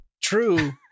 True